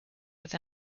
with